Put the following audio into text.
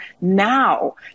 now